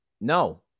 No